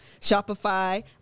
Shopify